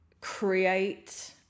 create